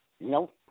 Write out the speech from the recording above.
Nope